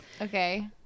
okay